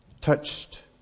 Touched